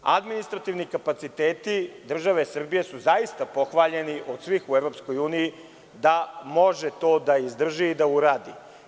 Administrativni kapaciteti države Srbije su zaista pohvaljeni od svih u EU da može to da izdrži i da uradi.